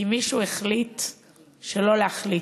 כי מישהו החליט שלא להחליט,